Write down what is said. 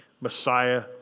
Messiah